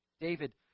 David